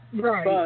Right